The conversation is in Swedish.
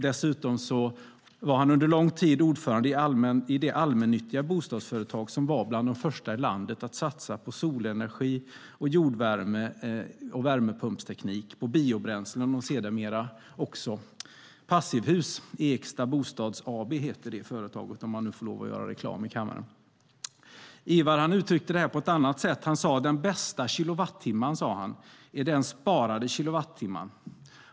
Dessutom var han under lång tid ordförande i det allmännyttiga bostadsföretag som var bland de första i landet att satsa på solenergi, jordvärme och värmepumpsteknik, biobränslen och sedermera också passivhus. Eksta Bostads AB heter det företaget, om man nu får lov att göra reklam i kammaren. Ivar uttryckte detta på ett annat sätt. Han sade: "Den bästa kilowattimman är den sparade kilowattimman".